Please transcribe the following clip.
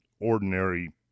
ordinary